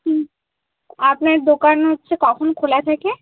হুম আপনার দোকান হচ্ছে কখন খোলা থাকে